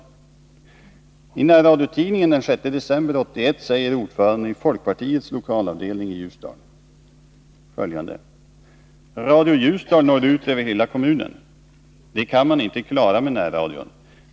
I tidningen Närradion, den 6 december 1981, säger ordföranden i folkpartiets lokalavdelning i Ljusdal: ”Radio Ljusdal når ut över hela kommunen. Det kan man inte klara med närradion.